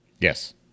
Yes